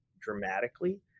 dramatically